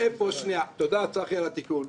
תודה, צחי, על התיקון.